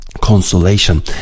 consolation